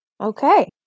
Okay